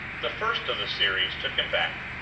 the first of the series took him back,